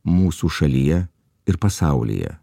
mūsų šalyje ir pasaulyje